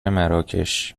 مراکش